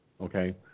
Okay